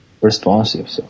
responsive